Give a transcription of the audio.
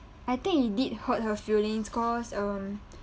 I think it did hurt her feelings cause um